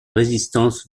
résistance